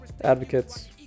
advocates